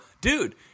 dude